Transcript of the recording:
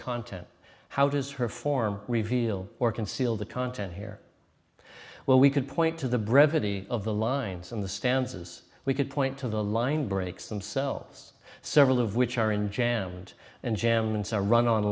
content how does her form reveal or conceal the content here where we could point to the brevity of the lines in the stanzas we could point to the line breaks themselves several of which are in jammed and jam and so are run on